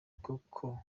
koko